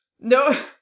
No-